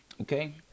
Okay